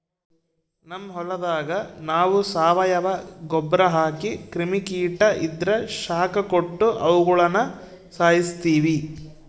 ನಮ್ ಹೊಲದಾಗ ನಾವು ಸಾವಯವ ಗೊಬ್ರ ಹಾಕಿ ಕ್ರಿಮಿ ಕೀಟ ಇದ್ರ ಶಾಖ ಕೊಟ್ಟು ಅವುಗುಳನ ಸಾಯಿಸ್ತೀವಿ